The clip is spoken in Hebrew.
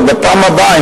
בפעם הבאה,